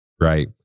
right